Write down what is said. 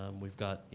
um we've got,